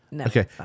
okay